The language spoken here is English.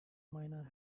miner